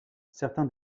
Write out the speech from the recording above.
certains